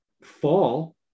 fall